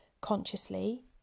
consciously